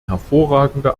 hervorragende